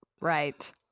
right